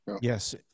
Yes